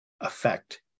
affect